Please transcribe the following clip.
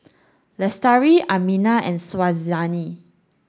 Lestari Aminah and